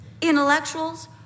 intellectuals